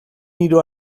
hiru